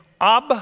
ab